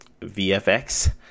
VFX